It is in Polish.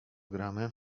gramy